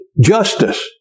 Justice